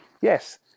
Yes